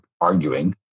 arguing